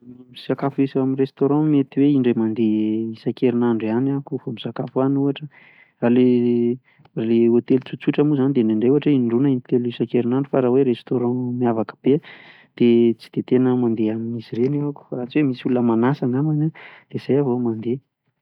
Ny misakafo amin'ny restaurant mety hoe indray mandeha isan-kerinandro ihany aho vao misakafo any an, fa raha ilay hotely tsotsotra moa izany dia indraindray ohatra hoe indroa na in telo isan -kerinandro fa raha hoe restora miavaka be dia tsy dia tena mandeha amin'izy ireny aho raha tsy hoe misy olona manasa angaha